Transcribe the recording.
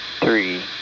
three